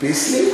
"ביסלי"?